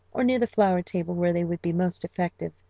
or near the flower table where they would be most effective.